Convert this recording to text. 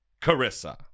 Carissa